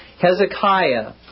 Hezekiah